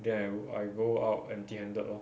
then I go out empty handed lor